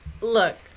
look